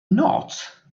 not